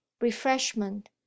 refreshment